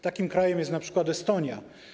Takim krajem jest np. Estonia.